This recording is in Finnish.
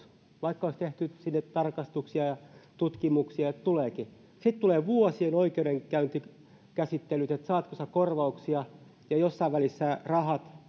vaikka siellä olisi tehty tarkastuksia ja tutkimuksia sitten tulee vuosien oikeudenkäyntikäsittelyt siitä saatko sinä korvauksia ja jossain välissä rahat